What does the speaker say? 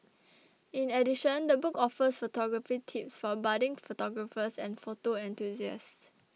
in addition the book offers photography tips for budding photographers and photo enthusiasts